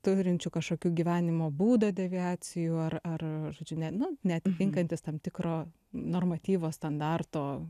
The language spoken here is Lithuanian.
turinčių kažkokių gyvenimo būdo deviacijų ar ar žodžiu ne nu neatitinkantys tam tikro normatyvo standarto